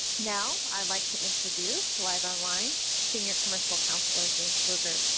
now i would like to introduce, live online senior commercial counselor james fluker.